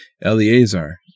Eleazar